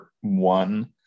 one